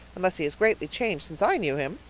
unless he has greatly changed since i knew him,